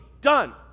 done